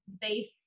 base